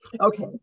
Okay